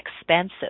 expensive